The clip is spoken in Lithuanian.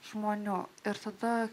žmonių ir tada